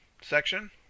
section